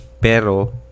Pero